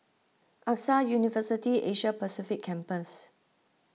Axa University Asia Pacific Campus